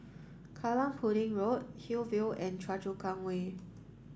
Kallang Pudding Road Hillview and Choa Chu Kang Way